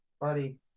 Buddy